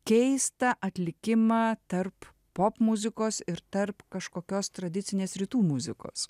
keistą atlikimą tarp popmuzikos ir tarp kažkokios tradicinės rytų muzikos